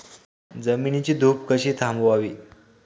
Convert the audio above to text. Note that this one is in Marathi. जमिनीची धूप कशी थांबवावी?